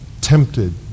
tempted